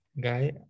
guy